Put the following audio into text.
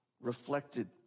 Reflected